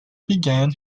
began